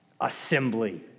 Assembly